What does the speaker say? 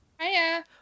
Hiya